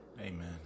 Amen